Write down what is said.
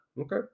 Okay